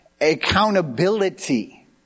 accountability